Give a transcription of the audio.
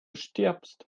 stirbst